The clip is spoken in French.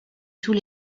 tous